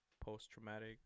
Post-traumatic